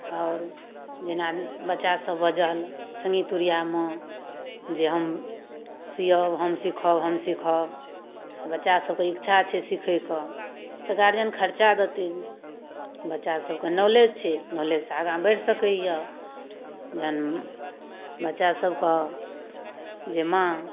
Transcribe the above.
आओर जेना बच्चासभ बजल सङ्गी तुरिआमे जे हम सिअब हम सीखब हम सीखब तऽ बच्चासभके इच्छा छै सिखयके तऽ गार्जियन खर्चा देथिन बच्चासभके नॉलेज छै नॉलेजसँ आगाँ बढ़ि सकैए जखन बच्चासभ कहत जे माँ